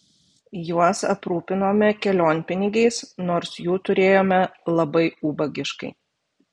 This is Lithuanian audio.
juos aprūpinome kelionpinigiais nors jų turėjome labai ubagiškai